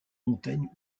montaigne